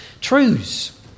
truths